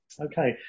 okay